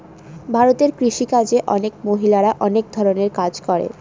ভারতে কৃষি কাজে অনেক মহিলারা অনেক ধরনের কাজ করে